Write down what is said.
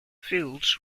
fields